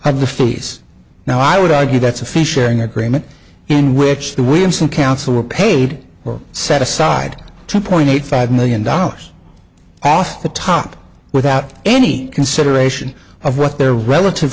fees now i would argue that's a fishing agreement in which the williamson council paid or set aside two point eight five million dollars off the top without any consideration of what their relative